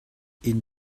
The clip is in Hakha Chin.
inn